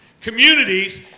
communities